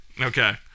Okay